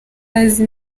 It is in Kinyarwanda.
azi